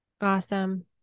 Awesome